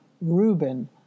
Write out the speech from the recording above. Rubin